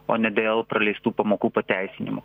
o ne dėl praleistų pamokų pateisinimų